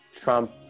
Trump